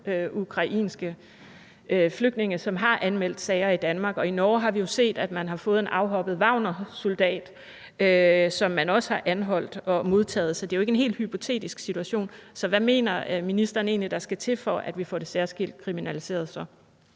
ukrainske flygtninge, som har anmeldt sager i Danmark, og i Norge har vi jo set, at man har fået en afhoppet Wagnersoldat, som man også har anholdt og modtaget. Så det er jo ikke en helt hypotetisk situation. Så hvad mener ministeren egentlig der skal til, for at vi får det særskilt kriminaliseret?